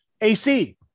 AC